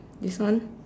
this one